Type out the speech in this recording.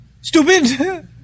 Stupid